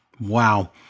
Wow